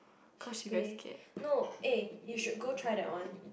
she pay no eh you should go try that one